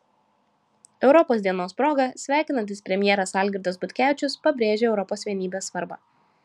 europos dienos proga sveikinantis premjeras algirdas butkevičius pabrėžia europos vienybės svarbą